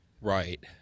Right